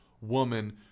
woman